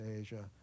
Asia